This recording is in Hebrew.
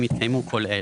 אם התקיימו כל אלה: